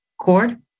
cord